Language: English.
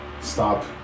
stop